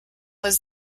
was